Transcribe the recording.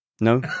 No